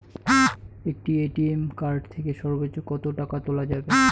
একটি ATM card থেকে সর্বোচ্চ কত টাকা তোলা যাবে?